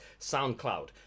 soundcloud